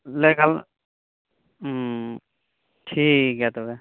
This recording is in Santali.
ᱦᱩᱸ ᱴᱷᱤᱠ ᱜᱮᱭᱟ ᱛᱟᱞᱦᱮ